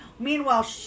Meanwhile